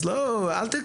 אז אל תקפצו.